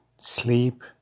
sleep